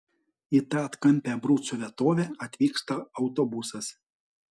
į tą atkampią abrucų vietovę atvyksta autobusas